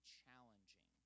challenging